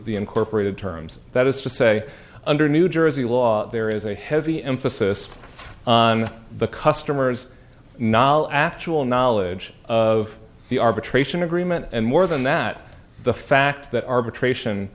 the incorporated terms that is to say under new jersey law there is a heavy emphasis on the customer's nol actual knowledge of the arbitration agreement and more than that the fact that arbitration